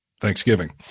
Thanksgiving